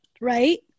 right